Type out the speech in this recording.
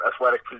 athletic